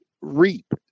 reap